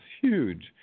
huge